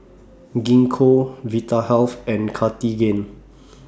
Gingko Vitahealth and Cartigain